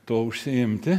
tuo užsiimti